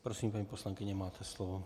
Prosím paní poslankyně, máte slovo.